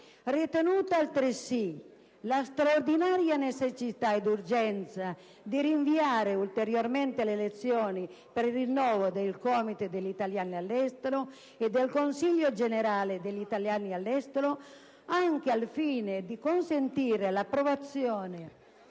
«Ritenuta, altresì, la straordinaria necessità ed urgenza di rinviare ulteriormente le elezioni per il rinnovo dei Comitati degli italiani all'estero e del Consiglio generale degli italiani all'estero, anche al fine di consentire l'approvazione